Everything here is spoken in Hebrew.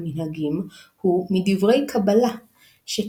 המשנה מתייחסת לחילוקים אלו כנורמטיביים,